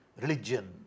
religion